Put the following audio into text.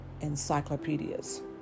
Encyclopedias